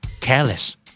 Careless